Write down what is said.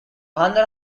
hunter